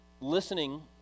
listening